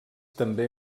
també